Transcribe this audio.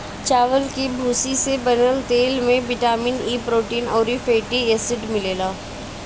चावल के भूसी से बनल तेल में बिटामिन इ, प्रोटीन अउरी फैटी एसिड मिलेला